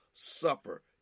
Suffer